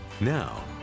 Now